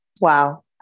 Wow